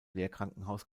lehrkrankenhaus